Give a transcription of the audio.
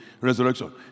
Resurrection